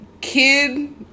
kid